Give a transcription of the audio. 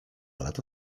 lata